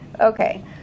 okay